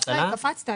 לתת.